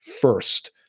first